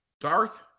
Darth